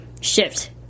shift